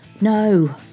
no